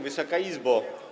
Wysoka Izbo!